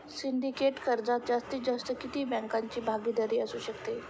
Syndicate कर्जात जास्तीत जास्त किती बँकांची भागीदारी असू शकते?